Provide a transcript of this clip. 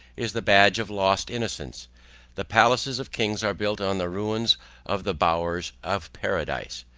is the badge of lost innocence the palaces of kings are built on the ruins of the bowers of paradise.